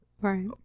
Right